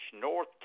North